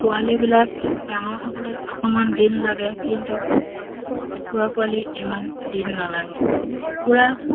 পোৱালিবিলাক ডাঙৰ হ'বলৈ অকণমান দিন লাগে কিন্তু কুকুৰা পোৱালি ইমান দিন নালাগে কুকুৰা